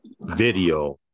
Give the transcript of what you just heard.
video